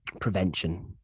prevention